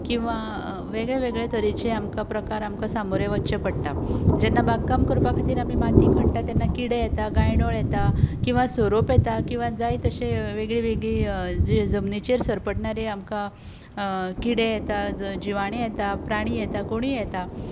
किंवां वेगळे वेगळे तरेचें आमकां प्रकार आमकां सामोरे वचचे पडटात जेन्ना बाग काम करपा खातीर आमी माती खणटा तेन्ना किडे येतात गांयडोळ येतात किंवां सोरोप येतात किंवां जाय ते तशीं वेगळीं वेगळीं जमनीचेर सरपटणारी आमकां किडे येतात जिवाणीं येतात प्राणी येतात कोणूय येतात